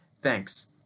Thanks